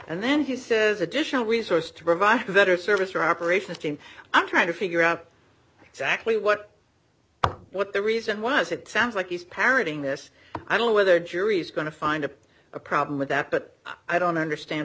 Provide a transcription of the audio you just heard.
and then he says additional resources to provide better service for operations team i'm trying to figure out exactly what what the reason was it sounds like he's parroting this i don't know whether jury's going to find a problem with that but i don't understand